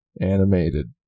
animated